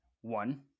one